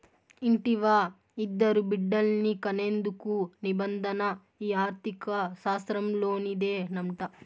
ఇంటివా, ఇద్దరు బిడ్డల్ని కనేందుకు నిబంధన ఈ ఆర్థిక శాస్త్రంలోనిదేనంట